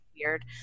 weird